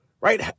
right